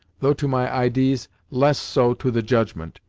though, to my idees, less so to the judgment.